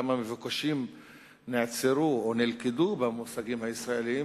כמה מבוקשים נעצרו או נלכדו במושגים הישראליים,